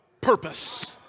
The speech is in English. purpose